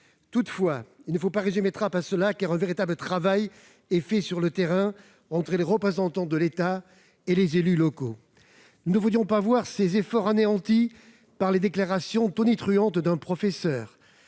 Toutefois, il ne faut pas résumer Trappes à cela, car un véritable travail est fait sur le terrain entre les représentants de l'État et les élus locaux. Nous ne voudrions pas voir ces efforts anéantis par les déclarations tonitruantes d'un professeur,